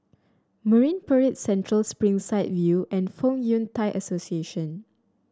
Marine Parade Central Springside View and Fong Yun Thai Association